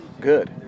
good